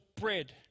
bread